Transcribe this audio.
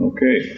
Okay